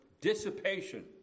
dissipation